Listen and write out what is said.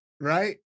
right